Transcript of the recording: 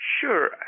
Sure